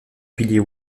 pilier